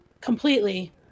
Completely